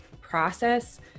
process